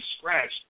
scratched